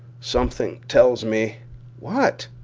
something tells me what?